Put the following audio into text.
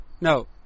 no